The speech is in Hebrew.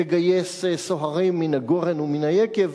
לגייס סוהרים מן הגורן ומן היקב,